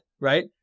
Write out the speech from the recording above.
right